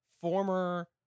former